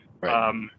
Right